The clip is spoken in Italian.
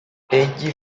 egli